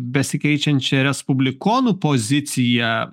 besikeičiančią respublikonų poziciją